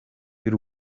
y’u